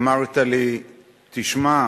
אמרת לי: תשמע,